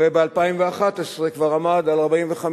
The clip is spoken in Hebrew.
הרי ב-2011 הוא כבר עמד על 45.6%,